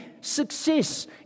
success